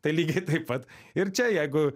tai lygiai taip pat ir čia jeigu